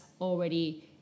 already